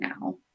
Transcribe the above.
now